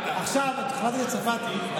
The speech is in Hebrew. חברת הכנסת צרפתי,